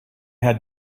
had